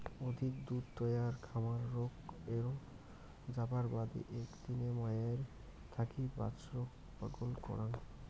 অধিক দুধ তৈয়ার খামার রোগ এ্যারে যাবার বাদে একদিনে মাওয়ের থাকি বাছুরক ব্যাগল করাং